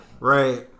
Right